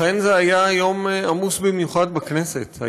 אכן, זה היה יום עמוס במיוחד בכנסת.